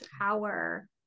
power